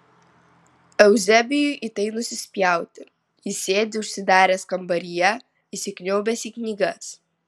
euzebijui į tai nusispjauti jis sėdi užsidaręs kambaryje įsikniaubęs į knygas